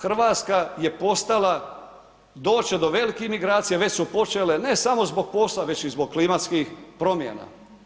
Hrvatska je postala, doći će do velikih migracija, već su počele, ne samo zbog posla, već i zbog klimatskih promjena.